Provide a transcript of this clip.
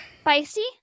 Spicy